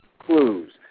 clues